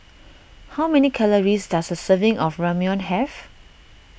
how many calories does a serving of Ramyeon have